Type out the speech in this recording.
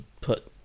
put